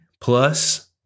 plus